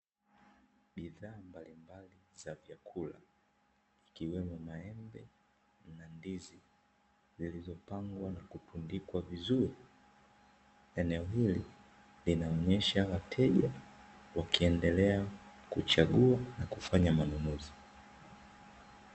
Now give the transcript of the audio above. Bidhaa mbalimbali za vyakula ikiwemo maembe na ndizi zilizopangwa na kutundikwa vizuri. Eneo hili linaonyesha wateja wakiendelea kuchagua na kufanya manunuzi.